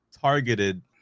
targeted